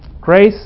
Grace